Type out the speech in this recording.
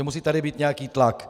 Musí tady být nějaký tlak.